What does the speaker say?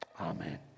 Amen